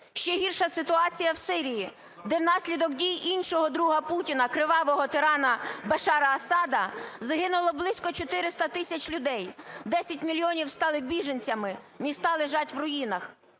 Ще гірша ситуація в Сирії, де внаслідок дій іншого друга Путіна - кривавого тиранаБашара Асада - загинуло близько чотириста тисяч людей, десять мільйонів стали біженцями, міста лежать у руїнах.